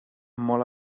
molt